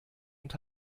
und